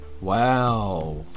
wow